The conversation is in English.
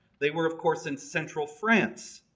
they were of course in central france